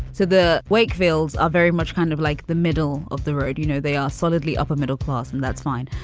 so the wakefield's are very much kind of like the middle of the road. you know, they are solidly upper middle class, and that's fine.